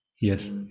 Yes